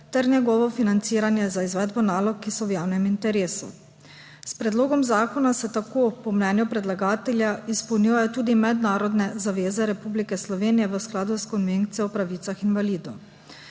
ter njegovo financiranje za izvedbo nalog, ki so v javnem interesu. S predlogom zakona se tako po mnenju predlagatelja izpolnjujejo tudi mednarodne zaveze Republike Slovenije v skladu s Konvencijo o pravicah invalidov.